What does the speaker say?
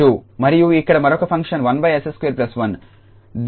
మరియు ఇక్కడ మరొక ఫంక్షన్ 1𝑠21 దీని లాప్లేస్ ఇన్వర్స్ sin𝑡